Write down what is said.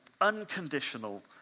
Unconditional